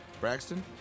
Braxton